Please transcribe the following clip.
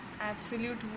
absolute